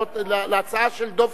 להצעה של דב חנין,